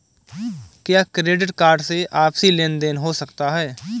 क्या credit card से आपसी लेनदेन हो सकता है?